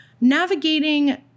navigating